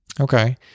Okay